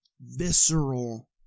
visceral